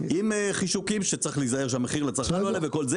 עם חישוקים שצריך להיזהר שהמחיר לצרכן לא יעלה וכו',